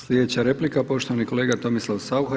Sljedeća replika, poštovani kolega Tomislav Saucha.